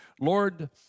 Lord